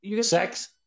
Sex